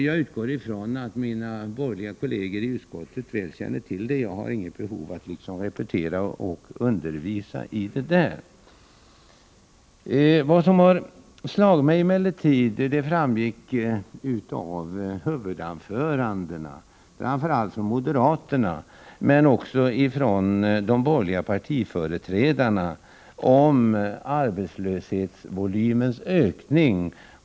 Jag utgår ifrån att mina borgerliga kolleger i utskottet väl känner till dessa, och jag har därför inget behov av att redogöra närmare för dem. Vad som har slagit mig är det som framgick av huvudanförandena, framför allt från moderaterna men också från de övriga borgerliga partierna, nämligen att man talade mycket om arbetslöshetsvolymens ökning.